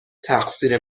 تقصیر